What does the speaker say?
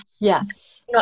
Yes